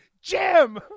Jim